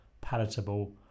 palatable